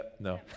No